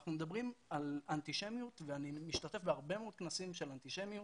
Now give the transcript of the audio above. אנחנו מדברים על אנטישמיות ואני משתתף בהרבה מאוד כנסים של אנטישמיות,